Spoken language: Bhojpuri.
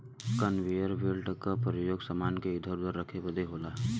कन्वेयर बेल्ट क परयोग समान के इधर उधर रखे बदे होला